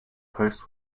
posts